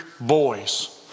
boys